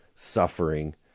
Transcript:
suffering